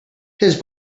his